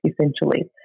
essentially